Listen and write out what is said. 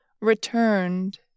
returned